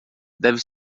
deve